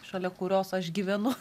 šalia kurios aš gyvenu